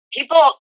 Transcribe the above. people